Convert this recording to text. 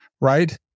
right